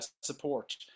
support